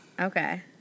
okay